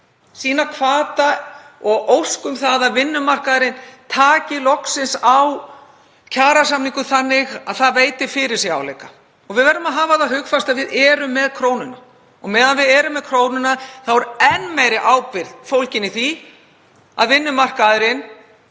ljós hvata og ósk um að vinnumarkaðurinn taki loksins á kjarasamningum þannig að það veiti fyrirsjáanleika. Og við verðum að hafa það hugfast að við erum með krónuna. Meðan við erum með krónuna er enn meiri ábyrgð fólgin í því að vinnumarkaðurinn